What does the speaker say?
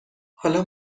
حالا